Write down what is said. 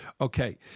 Okay